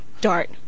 dart